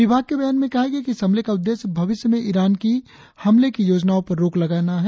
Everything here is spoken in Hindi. विभाग़ के बयान में कहा गया है कि इस हमले का उद्देश्य भविष्य में ईरान की हमले की योजनाओं पर रोक लगाया है